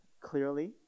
clearly